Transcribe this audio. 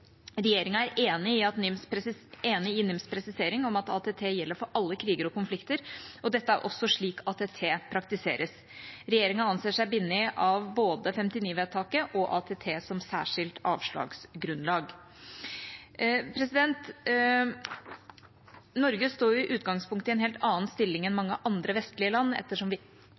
Regjeringa er enig i NIMs presisering om at ATT gjelder for alle kriger og konflikter, og dette er også slik ATT praktiseres. Regjeringa anser seg bundet av både 1959-vedtaket og ATT som særskilt avslagsgrunnlag. Norge står i utgangspunktet i en helt annen stilling enn mange andre vestlige land ettersom vi